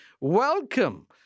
welcome